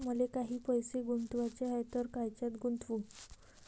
मले काही पैसे गुंतवाचे हाय तर कायच्यात गुंतवू?